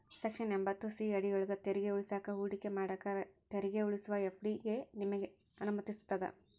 section ಎಂಭತ್ತು C ಅಡಿಯೊಳ್ಗ ತೆರಿಗೆ ಉಳಿಸಾಕ ಹೂಡಿಕೆ ಮಾಡಾಕ ತೆರಿಗೆ ಉಳಿಸುವ ಎಫ್.ಡಿ ನಿಮಗೆ ಅನುಮತಿಸ್ತದ